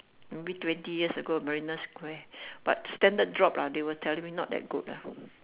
maybe twenty years ago at marina-square but standard drop lah they were telling me not that good ah